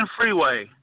freeway